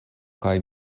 kaj